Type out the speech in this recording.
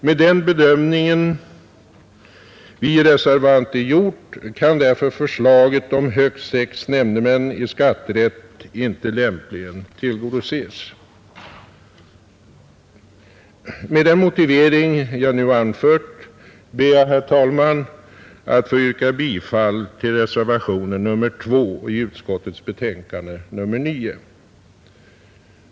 Med den bedömning vi reservanter gjort kan därför förslaget om högst sex nämndemän i skatterätt inte lämpligen tillgodoses. Med den motivering jag nu anfört ber jag, herr talman, att få yrka bifall till reservationen 2 i utskottets betänkande nr 9.